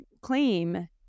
claim